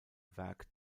werk